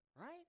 Right